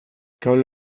kable